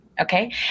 Okay